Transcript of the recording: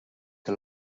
que